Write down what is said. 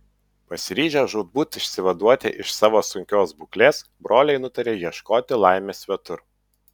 pasiryžę žūtbūt išsivaduoti iš savo sunkios būklės broliai nutarė ieškoti laimės svetur